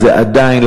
זה עדיין,